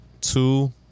Two